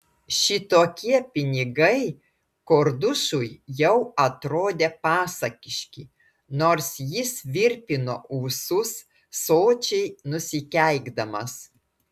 šitokie pinigai kordušui jau atrodė pasakiški nors jis virpino ūsus sočiai nusikeikdamas